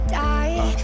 die